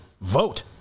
vote